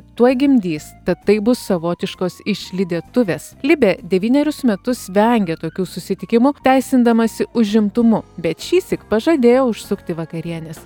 tuoj gimdys tad tai bus savotiškos išlydėtuvės libė devynerius metus vengia tokių susitikimų teisindamasi užimtumu bet šįsyk pažadėjo užsukti vakarienės